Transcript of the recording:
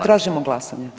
Tražimo glasanje.